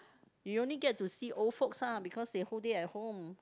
you only get to see old folks lah because they whole day at home